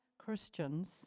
Christians